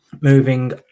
moving